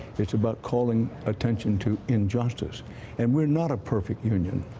it's about calling attention to injustice and we're not a perfect union.